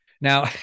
Now